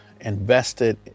invested